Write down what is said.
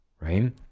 Right